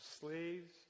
slaves